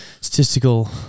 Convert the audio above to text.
Statistical